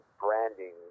branding